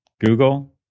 google